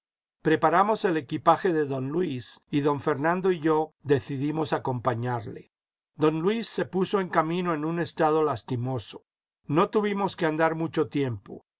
preparamos el equipaje de don luis y don fernando y yo decidimos acompañarle don luis se puso en camino en un estado lastimoso no tuvimos que andar mucho tiempo